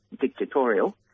dictatorial